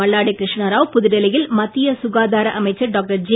மல்லாடி கிருஷ்ணராவ் புதுடில்லியில் மத்திய சுகாதார அமைச்சர் டாக்டர் ஜே